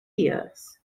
years